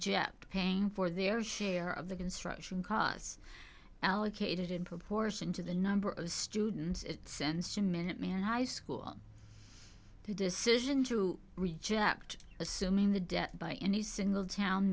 reject paying for their share of the construction costs allocated in proportion to the number of students it sends to minuteman high school the decision to reject assuming the debt by any single town